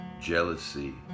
jealousy